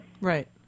Right